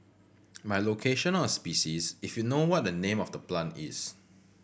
by location or species if you know what the name of the plant is